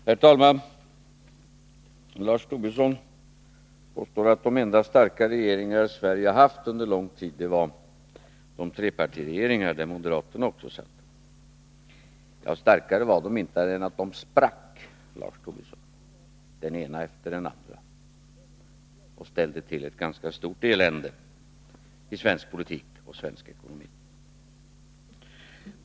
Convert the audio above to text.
Herr talman! Lars Tobisson påstår att de enda starka regeringar Sverige har haft under lång tid var de trepartiregeringar där moderaterna satt med. Ja, de var inte starkare än att de sprack, Lars Tobisson, den ena efter den andra, och ställde till ett ganska stort elände i svensk politik och svensk ekonomi.